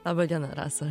laba diena rasa